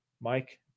Mike